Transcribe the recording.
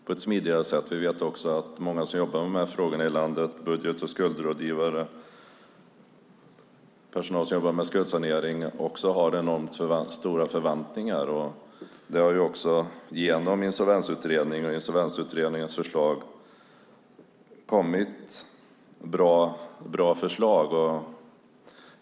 Vi vet också att även många av dem som i vårt land jobbar med de här frågorna - budget och skuldrådgivare och personal som jobbar med skuldsanering - har enormt stora förväntningar. Genom Insolvensutredningen har det kommit bra förslag.